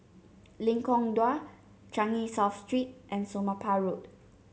Lengkong Dua Changi South Street and Somapah Road